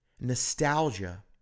Nostalgia